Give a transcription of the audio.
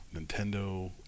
Nintendo